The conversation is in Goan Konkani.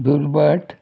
दुर्बाट